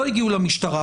לא הגיעו למשטרה,